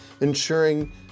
ensuring